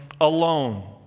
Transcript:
alone